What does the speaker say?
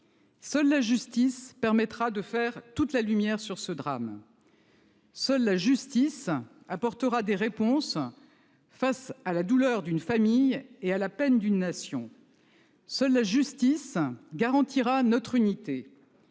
Seule la justice permettra de faire toute la lumière sur ce drame. Seule la justice apportera des réponses face à la douleur d'une famille et à la peine d'une nation. Seule la justice garantira notre unité.